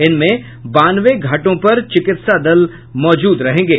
इनमें बानवे घाटों पर चिकित्सा दल मौजूद रहेंगे